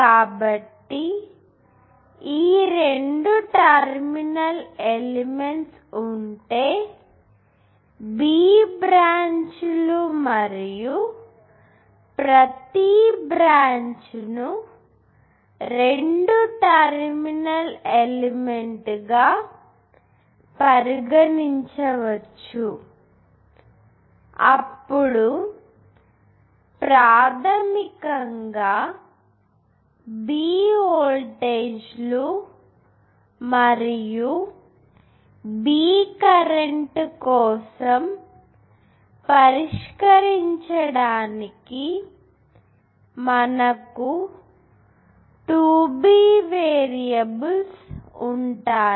కాబట్టి రెండు terminal elements ఉంటే B బ్రాంచ్ లు మరియు ప్రతి బ్రాంచ్ ను రెండు టెర్మినల్ ఎలిమెంట్ గా పరిగణించవచ్చు అప్పుడు ప్రాథమికంగా B వోల్టేజీలు మరియు B కరెంటు కోసం పరిష్కరించడానికి మనకు 2 B వేరియబుల్స్ ఉంటాయి